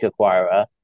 acquirer